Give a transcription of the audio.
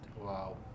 Wow